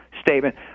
statement